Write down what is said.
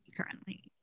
currently